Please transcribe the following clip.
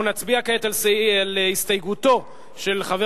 אנחנו נצביע כעת על הסתייגותו של חבר